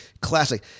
classic